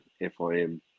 FIM